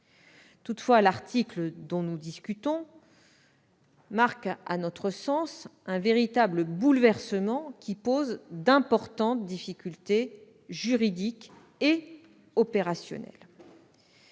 Toutefois, l'article dont nous discutons introduit à notre sens un véritable bouleversement, qui pose d'importantes difficultés juridiques et opérationnelles.